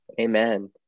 Amen